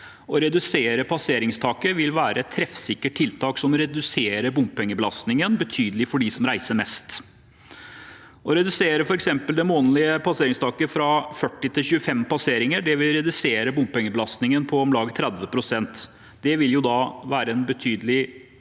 Å redusere passeringstaket vil være et treffsikkert tiltak som reduserer bompengebelastningen betydelig for dem som reiser mest. Å redusere det månedlige passeringstaket fra f.eks. 40 til 25 passeringer vil redusere bompengebelastningen med om lag 30 pst. Det vil være en betydelig